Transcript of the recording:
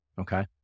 Okay